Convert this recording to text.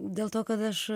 dėl to kad aš